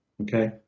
Okay